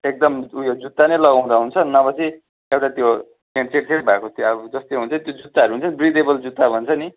एकदम उयो जुत्ता नै लगाउँदा हुन्छ नभए चाहिँ एउटा त्यो छेँड छेँड भएको त्यो अब जस्तै हुन्छ त्यो जुत्ताहरू हुन्छ नि बृदेबल जुत्ता भन्छ नि